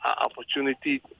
opportunity